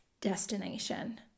destination